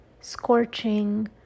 scorching